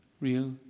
real